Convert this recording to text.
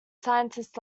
scientists